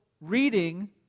reading